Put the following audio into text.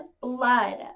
blood